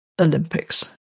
Olympics